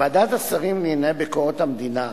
ועדת השרים לענייני ביקורת המדינה,